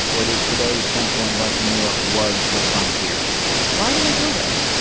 what is today central and western new york was the frontier why do they go there?